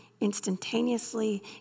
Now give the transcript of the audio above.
instantaneously